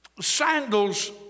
sandals